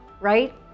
right